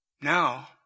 Now